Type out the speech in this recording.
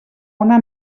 una